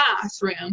classroom